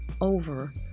over